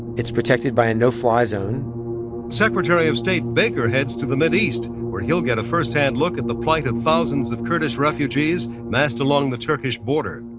it's protected by a no-fly zone secretary of state baker heads to the mideast, where he'll get a firsthand look at the plight of thousands of kurdish refugees massed along the turkish border